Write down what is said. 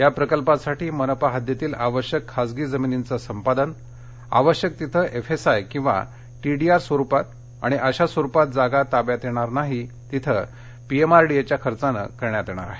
या प्रकल्पासाठी मनपा हद्दीतील आवश्यक खाजगी जमिनीचं संपादन आवश्यक तिथं एफएसआय किंवा टीडीआर स्वरूपात आणि अशा स्वरूपात जागा ताब्यात येणार नाही तिथं पीएमआरडीएच्या खर्चानं करण्यात येणार आहे